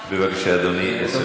בבקשה, אדוני, עשר דקות.